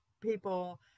people